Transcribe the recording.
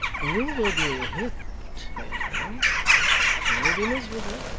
you will be hipped, haredale you will be miserable,